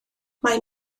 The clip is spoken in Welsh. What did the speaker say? mae